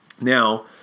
now